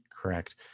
correct